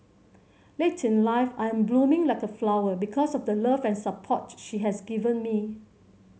late in life I'm blooming like a flower because of the love and support she has given me